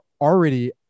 already